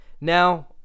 Now